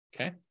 Okay